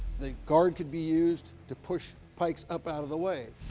the guard could be used to push pikes up out of the way.